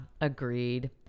agreed